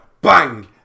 bang